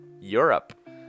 Europe